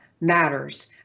matters